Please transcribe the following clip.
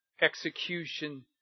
execution